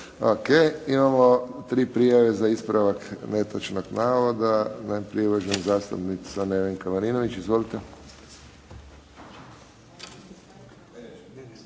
Ok. Imamo tri prijave za ispravak netočnog navoda. Najprije uvažena zastupnica Nevenka Marinović. Izvolite.